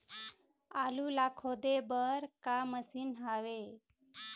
आलू ला खोदे बर का मशीन हावे?